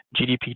GDP